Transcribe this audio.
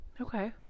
okay